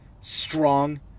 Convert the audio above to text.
Strong